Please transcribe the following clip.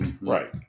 right